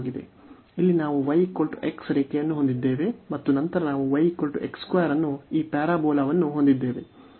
ಇಲ್ಲಿ ನಾವು y x ರೇಖೆಯನ್ನು ಹೊಂದಿದ್ದೇವೆ ಮತ್ತು ನಂತರ ನಾವು y x 2 ಅನ್ನು ಈ ಪ್ಯಾರಾಬೋಲಾವನ್ನು ಹೊಂದಿದ್ದೇವೆ